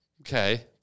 Okay